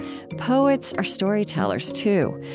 poets are storytellers too,